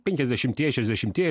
penkiasdešimtieji šešiasdešimtieji